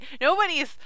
nobody's